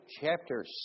chapter